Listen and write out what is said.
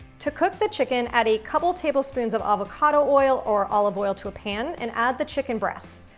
to cook the chicken, add a couple tablespoons of avocado oil or olive oil to a pan and add the chicken breasts.